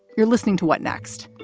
you're listening to what next?